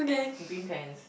green pants